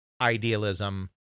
idealism